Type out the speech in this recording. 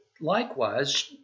likewise